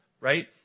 right